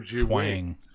twang